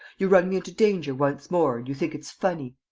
you run me into danger once more and you think it's funny!